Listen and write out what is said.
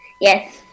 Yes